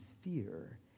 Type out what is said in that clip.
fear